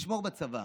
לשמור בצבא.